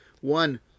one